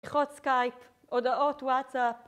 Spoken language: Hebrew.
יכול להיות סקייפ, הודעות וואטסאפ